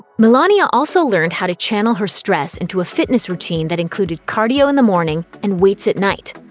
milania also learned how to channel her stress into a fitness routine that included cardio in the morning and weights at night.